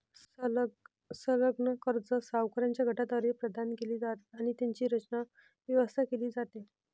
संलग्न कर्जे सावकारांच्या गटाद्वारे प्रदान केली जातात आणि त्यांची रचना, व्यवस्था केली जाते